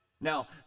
Now